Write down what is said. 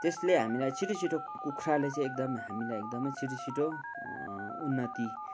त्यसले हामीलाई छिटो छिटो कुखुराले चाहिँ एकदम हामीलाई एकदमै छिटो छिटो उन्नति